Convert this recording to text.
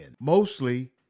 mostly